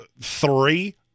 Three